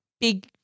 big